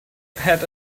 had